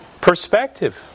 perspective